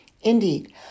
Indeed